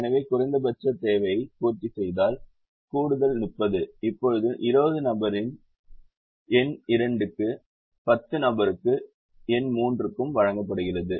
எனவே குறைந்தபட்ச தேவையை பூர்த்திசெய்தால் கிடைத்த கூடுதல் 30 இப்போது 20 நபரின் எண் 2 க்கும் 10 நபருக்கும் எண் 3 க்கு வழங்கப்படுகிறது